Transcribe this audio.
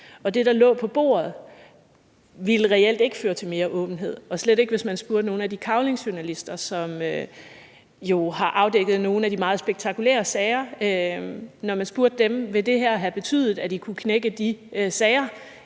Og det, der lå på bordet, ville reelt ikke føre til mere åbenhed – slet ikke hvis man spurgte nogle af de journalister, der havde fået Cavlingprisen, og som jo har afdækket nogle af de meget spektakulære sager, om det ville have betydet, at de kunne have knækket de sager,